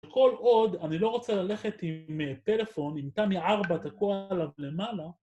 כל עוד, אני לא רוצה ללכת עם הטלפון, אם תמי 4 תקוע עליו למעלה.